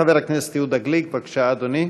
חבר הכנסת יהודה גליק, בבקשה, אדוני.